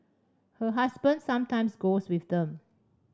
her husband sometimes goes with them